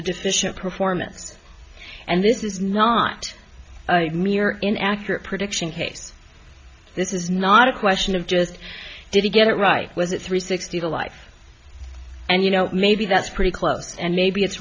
deficient performance and this is not mere in accurate prediction case this is not a question of just did he get it right was it three sixty to life and you know maybe that's pretty close and maybe it's